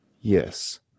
Yes